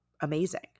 amazing